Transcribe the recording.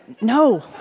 No